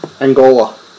Angola